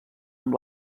amb